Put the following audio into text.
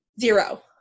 zero